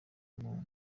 muri